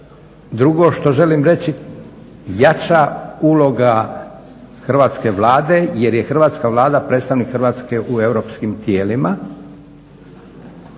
Drugo što želim reći, jača uloga hrvatske Vlade, jer je hrvatska Vlada predstavnik Hrvatske u europskim tijelima.